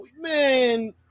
man